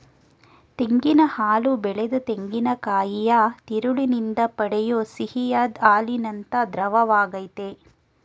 ತೆಂಗಿನ ಹಾಲು ಬೆಳೆದ ತೆಂಗಿನಕಾಯಿಯ ತಿರುಳಿನಿಂದ ಪಡೆಯೋ ಸಿಹಿಯಾದ್ ಹಾಲಿನಂಥ ದ್ರವವಾಗಯ್ತೆ